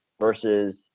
versus